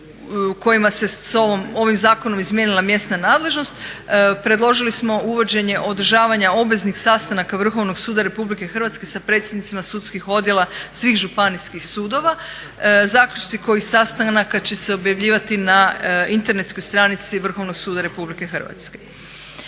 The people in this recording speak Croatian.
kojima se ovim zakonom izmijenila mjesna nadležnost predložili smo uvođenje održavanja obveznih sastanaka Vrhovnog suda Republike Hrvatske sa predsjednicima sudskih odjela svih županijskih sudova zaključci kojih sastanaka će se objavljivati na internetskoj stranici Vrhovnog suda Republike Hrvatske.